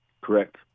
Correct